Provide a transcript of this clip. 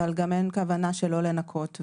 אבל גם אין כוונה שלא לנכות,